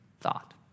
thought